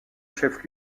chef